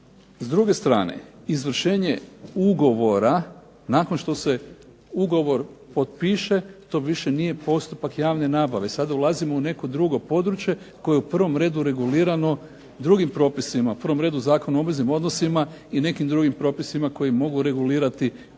S druge strane izvršenje ugovora nakon što se ugovor potpiše to više nije postupak javne nabave. Sada ulazimo u neko drugo područje koje je u prvom redu regulirano drugim propisima. U prvom redu Zakonu o obveznim odnosima i nekim drugim propisima koji mogu regulirati